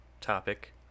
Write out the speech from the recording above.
topic